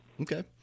Okay